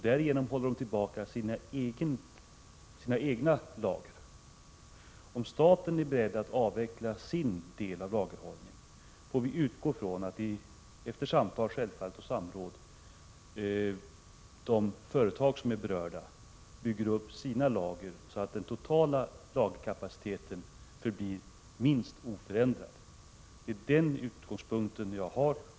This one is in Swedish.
Därigenom håller de tillbaka sina egna lager. Om staten är beredd att avveckla sin del av lagerhållningen — självfallet efter samtal och samråd — får vi utgå från att de företag som är berörda bygger upp sina lager, så att de totala lagren förblir minst oförändrade. Det är den utgångspunkten jag har.